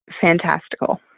fantastical